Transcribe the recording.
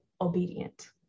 obedient